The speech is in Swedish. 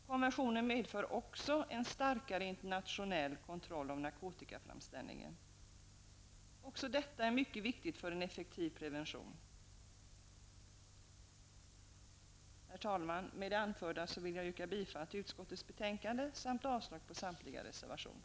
Konventionen medför också en starkare internationell kontroll av narkotikaframställningen. Också detta är mycket viktigt för en effektiv prevention. Herr talman! Med det anförda vill jag yrka bifall till utskottets hemställan samt avslag på samtliga reservationer.